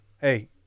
Hey